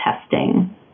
testing